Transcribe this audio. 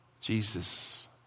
Jesus